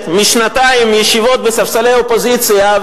משנתיים ישיבה על ספסלי האופוזיציה,